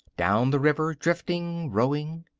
down the river, drifting, rowing.